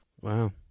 Wow